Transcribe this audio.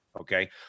okay